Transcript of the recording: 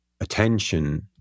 attention